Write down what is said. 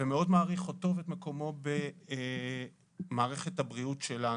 בוקר טוב לכולם.